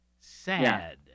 Sad